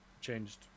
changed